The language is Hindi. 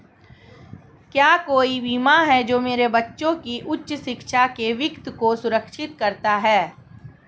क्या कोई बीमा है जो मेरे बच्चों की उच्च शिक्षा के वित्त को सुरक्षित करता है?